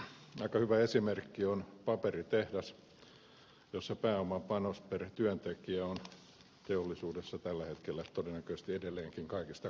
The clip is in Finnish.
aika hyvä esimerkki on paperitehdas jossa pääomapanos per työntekijä on teollisuudessa tällä hetkellä todennäköisesti edelleenkin kaikista korkein